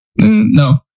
No